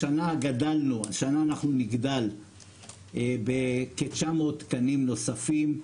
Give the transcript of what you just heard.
השנה גדלנו, השנה אנחנו נגדל בכ-900 תקנים נוספים.